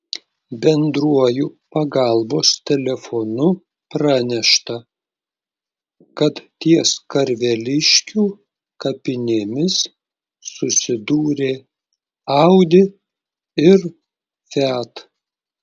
bendruoju pagalbos telefonu pranešta kad ties karveliškių kapinėmis susidūrė audi ir fiat